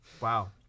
Wow